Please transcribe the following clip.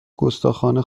گستاخانه